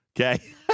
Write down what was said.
okay